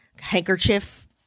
handkerchief